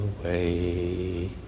away